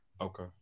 Okay